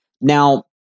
Now